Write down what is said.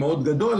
מאוד גדול,